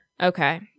okay